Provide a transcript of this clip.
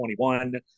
21